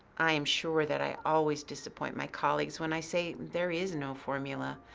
i am sure that i always disappoint my colleagues when i say there is no formula,